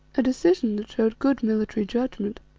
a decision that showed good military judgment.